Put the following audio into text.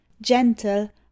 Gentle